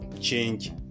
change